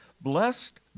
Blessed